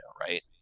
right